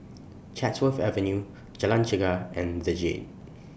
Chatsworth Avenue Jalan Chegar and The Jade